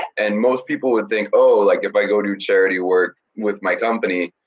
and most people would think oh, like if i go do charity work with my company,